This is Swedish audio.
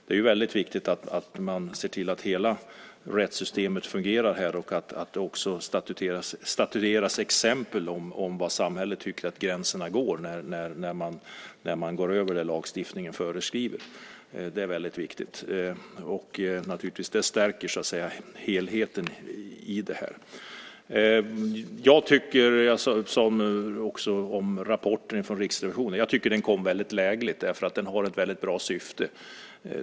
Det är väldigt viktigt att se till att hela rättssystemet fungerar här och att det också statueras exempel på var samhället tycker att gränserna går, när man går över det som lagstiftningen föreskriver. Det är väldigt viktigt. Och det stärker, så att säga, helheten i det här. Jag tycker att rapporten från Riksrevisionen kom väldigt lägligt därför att den har ett väldigt bra syfte.